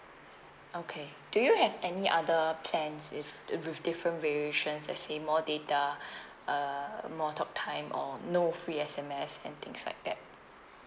okay do you have any other plans if with different variations let's say more data uh more talk time or no free S_M_S and things like that